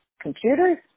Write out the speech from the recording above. computers